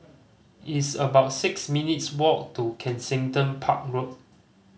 it's about six minutes' walk to Kensington Park Road